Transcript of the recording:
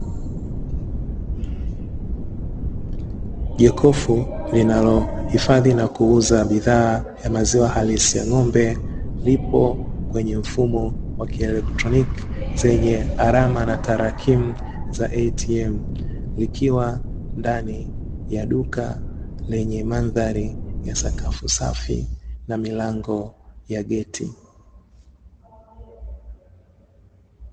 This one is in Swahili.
Jokofu linalo hifadhi bidhaa halisi za maziwa likiwa na mashine ya kieletronikiblikiwa ndani ya duka na sakafu safi